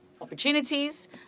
opportunities